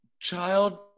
Child